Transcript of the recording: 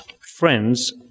friends